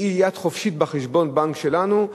שהיא יד חופשית בחשבון הבנק שלנו,